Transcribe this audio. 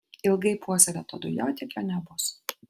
ilgai puoselėto dujotiekio nebus